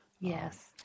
Yes